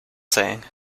saying